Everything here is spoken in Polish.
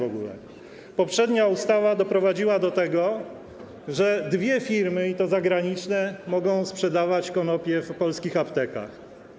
Poprzednia ustawa doprowadziła do tego, że dwie firmy, i to zagraniczne, mogą sprzedawać konopie w polskich aptekach.